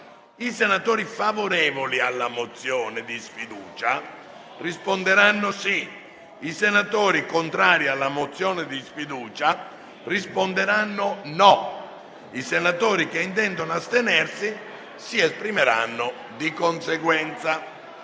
I senatori favorevoli alla mozione di sfiducia risponderanno sì; i senatori contrari risponderanno no; i senatori che intendono astenersi si esprimeranno di conseguenza.